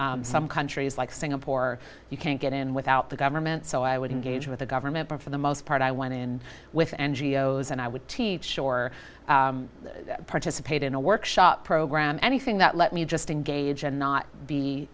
s some countries like singapore you can't get in without the government so i would engage with the government for the most part i went in with n g o s and i would teach or participate in a workshop program anything that let me just engage and not be